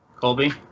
Colby